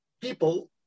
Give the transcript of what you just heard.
people